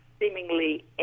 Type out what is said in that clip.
seemingly